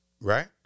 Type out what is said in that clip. right